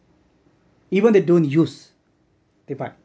even they don't use they buy